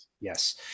Yes